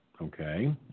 Okay